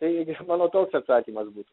tai mano toks atsakymas būtų